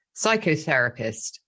psychotherapist